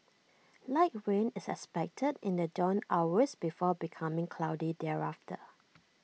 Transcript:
light rain is expected in the dawn hours before becoming cloudy thereafter